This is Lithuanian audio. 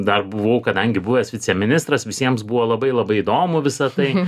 dar buvau kadangi buvęs viceministras visiems buvo labai labai įdomu visą tai